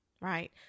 right